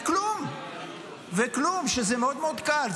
וכלום, כשזה מאוד מאוד קל?